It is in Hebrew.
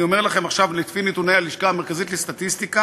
אני אומר לכם עכשיו לפי נתוני הלשכה המרכזית לסטטיסטיקה,